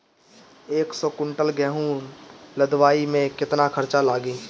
एक सौ कुंटल गेहूं लदवाई में केतना खर्चा लागी?